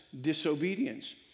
disobedience